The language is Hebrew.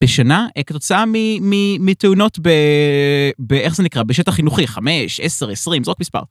בשנה, כתוצאה מתאונות באיך זה נקרא, בשטח חינוכי, 5, 10, 20, זרוק מספר.